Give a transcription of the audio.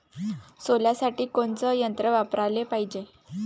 सोल्यासाठी कोनचं यंत्र वापराले पायजे?